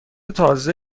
تازه